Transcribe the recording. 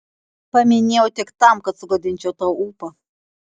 paminėjau tik tam kad sugadinčiau tau ūpą